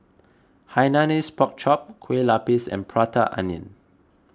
Hainanese Pork Chop Kueh Lapis and Prata Onion